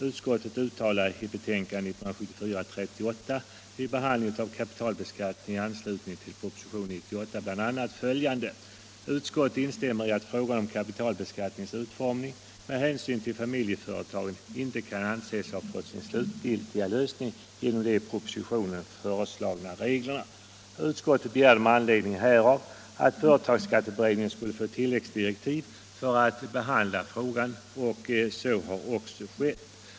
Utskottet uttalade i sitt betänkande 1974:38 vid behandling av kapitalbeskattningen i anslutning till propositionen 1974:98 bl.a. att det instämde i att ”frågan om kapitalbeskattningens utformning med hänsyn till familjeföretagen inte kan anses ha fått sin slutgiltiga lösning genom de i propositionen nu föreslagna reglerna”. Med anledning härav begärde utskottet att företagsskatteberedningen skulle få tilläggsdirektiv för att behandla frågan, och så har också skett.